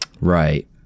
Right